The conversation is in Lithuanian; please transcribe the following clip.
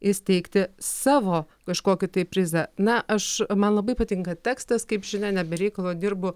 įsteigti savo kažkokį tai prizą na aš man labai patinka tekstas kaip žinia ne be reikalo dirbu